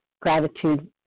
gratitude